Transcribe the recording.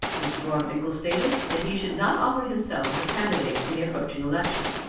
mr. gorfinkel stated that he should not offer himself as a candidate in the approaching election.